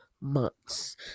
months